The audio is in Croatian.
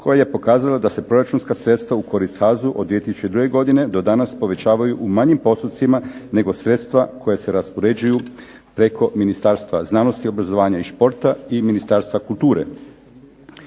koja je pokazala da se proračunska sredstva u korist HAZU od 2002. godine do danas povećavaju u manjim postotcima nego sredstva koja se raspoređuju preko Ministarstva znanosti, obrazovanja i športa, i Ministarstva kulture.